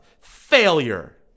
Failure